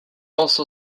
also